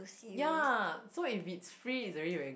ya so if it's free it's already very